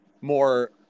more